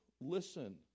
Listen